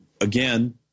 again